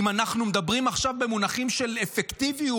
אם אנחנו מדברים עכשיו במונחים של אפקטיביות,